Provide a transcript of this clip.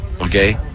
Okay